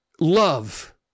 love